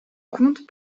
conte